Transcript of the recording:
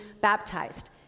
baptized